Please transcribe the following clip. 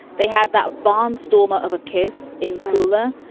they had that barnstormer of a kiss in coolah.